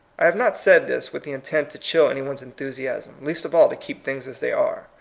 i have not said this with the intent to chill any one's enthusiasm, least of all to keep things as they are.